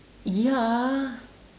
ya